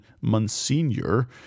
Monsignor